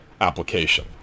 application